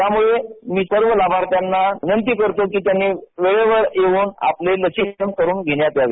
त्यामुळे मी सर्व लाभार्थ्यांना विनंती करतो की त्यांनी वेळेवर येऊन आपले लसीकरण करुन घेण्यात यावे